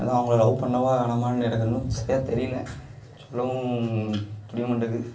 அதுதான் அவங்கள லவ் பண்ணவா வேணாமா எனக்கு இன்னும் சரியா தெரியலை சொல்லவும் புரிய மாட்டேங்குது